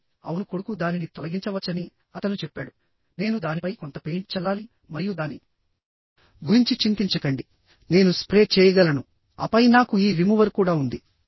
కాబట్టి అవును కొడుకు దానిని తొలగించవచ్చని అతను చెప్పాడు నేను దానిపై కొంత పెయింట్ చల్లాలి మరియు దాని గురించి చింతించకండి నేను స్ప్రే చేయగలను ఆపై నాకు ఈ రిమూవర్ కూడా ఉంది